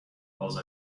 cause